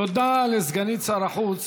תודה לסגנית שר החוץ